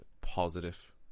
positive